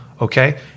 Okay